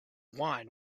wine